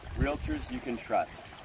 realtors you can trust,